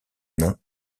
nom